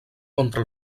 contra